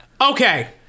Okay